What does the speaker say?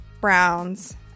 Browns